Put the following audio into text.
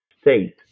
state